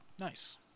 Nice